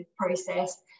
process